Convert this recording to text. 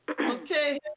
Okay